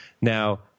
Now